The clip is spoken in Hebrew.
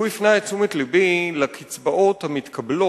והוא הפנה את תשומת לבי לקצבאות המתקבלות